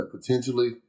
potentially –